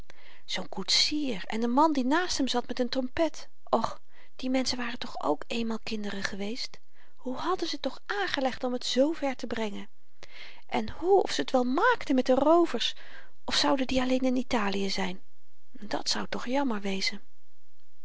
zoo'n koetsier en de man die naast hem zat met n trompet och die menschen waren toch ook eenmaal kinderen geweest hoe hadden ze t toch aangelegd om t zoo ver te brengen en hoe of ze t wel maakten met de roovers of zouden die alleen in italië zyn dat zou toch jammer wezen